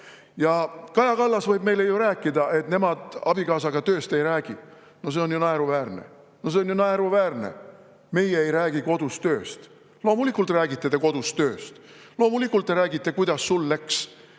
Kaja Kallas võib meile rääkida, et nemad abikaasaga tööst ei räägi. No see on ju naeruväärne! "Meie ei räägi kodus tööst." Loomulikult räägite te kodus tööst. Loomulikult te räägite, et kuidas sul läks,